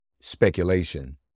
speculation